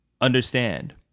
Understand